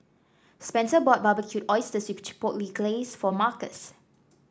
Spencer bought Barbecued Oysters with Chipotle Glaze for Markus